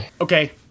Okay